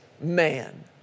man